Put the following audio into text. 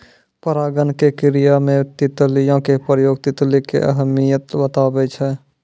परागण के क्रिया मे तितलियो के प्रयोग तितली के अहमियत बताबै छै